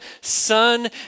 Son